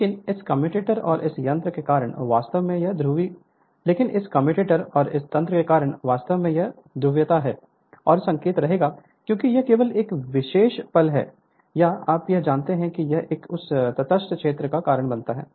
लेकिन इस कम्यूटेटर और इस तंत्र के कारण वास्तव में यह ध्रुवीयता है और संकेत रहेगा क्योंकि यह केवल एक विशेष पल पर है या आप यह जानते हैं कि जब यह उप तटस्थ क्षेत्र का कारण बनता है